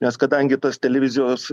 nes kadangi tas televizijos